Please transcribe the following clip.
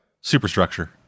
superstructure